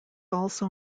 also